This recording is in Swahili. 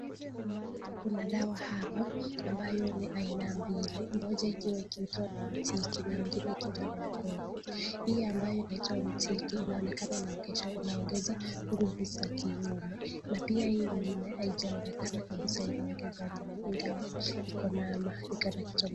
Kuna dawa hapa ambayo ni aina mbili moja ikiwa ikiitwa Mtiki na ingine ikiwa inaitwa Mkono. Hiyo ambayo inaitwa Mtiki inaonekana inaongeza nguvu za kiume na pia hii ingine yanaonekana kabidlsa kuwa inaongeza nini. Dawa iko kwa chupa.